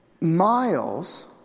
miles